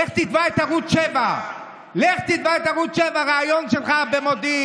לך תתבע את ערוץ 7. לך תתבע את ערוץ 7. ריאיון שלך במודיעין.